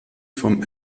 vom